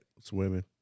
swimming